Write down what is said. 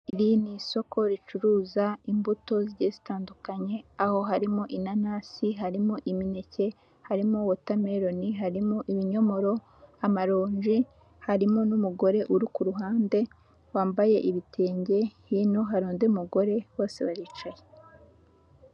Iri ni isoko ricuruza imbuto zigiye zitandukanye, aho harimo inanasi, harimo imineke, harimo wotameloni, harimo ibinyomoro, amaronji, harimo n'umugore uri ku ruhande wambaye ibitenge, hino hari undi mugore bose baricaye.